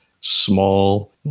small